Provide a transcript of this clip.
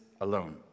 alone